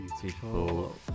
beautiful